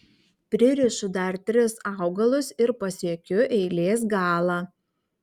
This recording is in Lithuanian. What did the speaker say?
pririšu dar tris augalus ir pasiekiu eilės galą